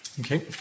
Okay